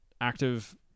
active